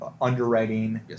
underwriting